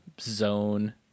zone